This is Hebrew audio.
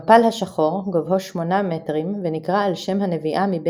אמת מים שאורכה 25 קילומטרים הוליכה בעבר